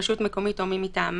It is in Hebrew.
רשות מקומית או מי מטעמם.